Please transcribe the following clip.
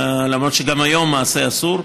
למרות שגם היום למעשה אסור.